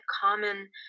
common